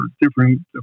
different